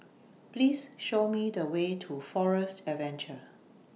Please Show Me The Way to Forest Adventure